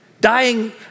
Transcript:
Dying